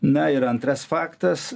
na ir antras faktas